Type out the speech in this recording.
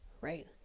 right